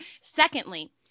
Secondly